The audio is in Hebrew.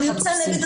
זה הבנתי, אני יודע.